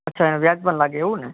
અચ્છા વ્યાજ પણ લાગે એવું ને